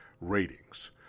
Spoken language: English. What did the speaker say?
ratings